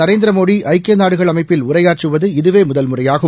நரேந்திரமோடி ஐக்கியநாடுகள் அமைப்பில் உரையாற்றுவது இதுவேமுதல்முறையாகும்